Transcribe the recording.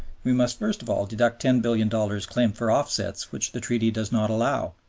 we must first of all deduct ten billion dollars claimed for offsets which the treaty does not allow,